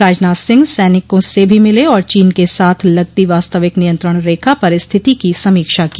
राजनाथ सिंह सैनिकों से भी मिले और चीन के साथ लगती वास्तविक नियंत्रण रेखा पर स्थिति की समीक्षा की